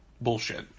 bullshit